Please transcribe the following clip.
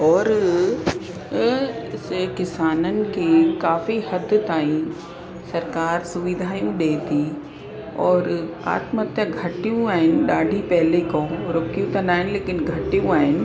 और किसाननि खे काफ़ी हद ताईं सरकारि सुविधायूं ॾिए थी और आत्महत्या घटियूं आहिनि ॾाढी पहले खां रुकियूं त न आहिनि लेकिन घटियूं आहिनि